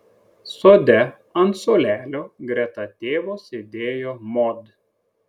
sode ant suolelio greta tėvo sėdėjo mod